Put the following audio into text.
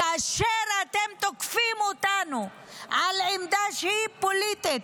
כאשר אתם תוקפים אותנו על עמדה שהיא פוליטית,